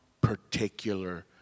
particular